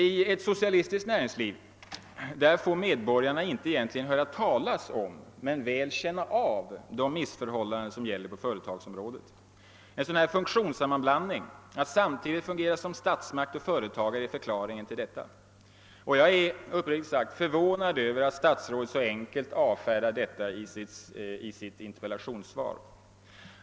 Med ett socialistiskt näringsliv får medborgarna inte egentligen höra talas om men väl känna av de missförhållanden som gäller på företagsområdet. En <:funktionssammanblandning — att samtidigt fungera som statsmakt och som företagare — är förklaringen till detta. Jag är, uppriktigt sagt, förvånad över att statsrådet så enkelt avfärdar den saken i sitt interpellationssvar.